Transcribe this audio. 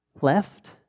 left